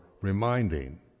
reminding